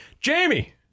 jamie